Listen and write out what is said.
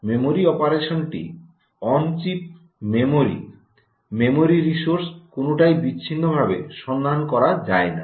memory অপারেশনটি on chip memory memory resource কোনটাই বিচ্ছিন্নভাবে সন্ধান করা যায় না